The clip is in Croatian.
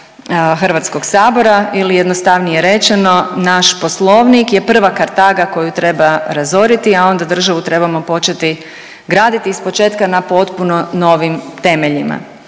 rada HS-a ili jednostavnije rečeno naš poslovnik je prva Kartaga koju treba razoriti, a onda državu trebamo početi graditi iz početka na potpuno novim temeljima.